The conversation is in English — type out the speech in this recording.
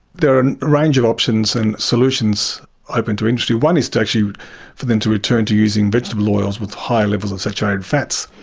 there are a range of options and solutions open to industry. one is actually for them to return to using vegetable oils with high levels of saturated fats,